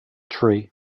tree